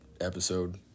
episode